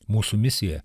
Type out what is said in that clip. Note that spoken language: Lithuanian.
mūsų misija